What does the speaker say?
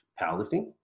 powerlifting